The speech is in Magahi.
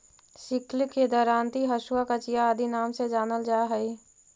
सिक्ल के दरांति, हँसुआ, कचिया आदि नाम से जानल जा हई